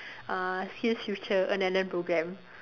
uh SkillsFuture earn and learn programme